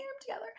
together